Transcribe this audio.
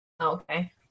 okay